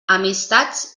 amistats